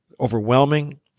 overwhelming